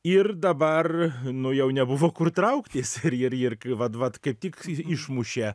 ir dabar nu jau nebuvo kur trauktis ir ir ir ki vat vat kaip tik išmušė